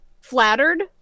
flattered